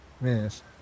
Yes